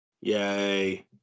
Yay